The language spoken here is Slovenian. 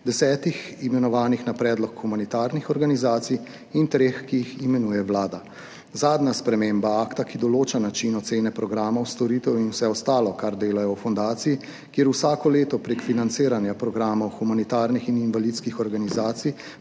desetih, imenovanih na predlog humanitarnih organizacij, in treh, ki jih imenuje Vlada. Zadnja sprememba akta, ki določa način ocene programov, storitev in vsega ostalega, kar delajo v fundaciji, kjer vsako leto prek financiranja programov humanitarnih in invalidskih organizacij